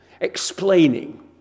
explaining